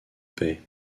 paix